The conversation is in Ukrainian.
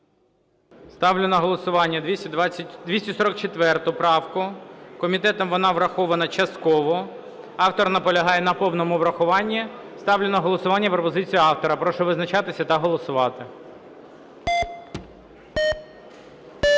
Ставлю на голосування 244 правку. Комітетом вона врахована частково, автор наполягає на повному врахуванні. Ставлю на голосування пропозицію автора. Прошу визначатись та голосувати.